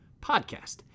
podcast